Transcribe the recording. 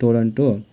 Toronto